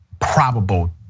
probable